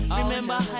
Remember